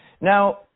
Now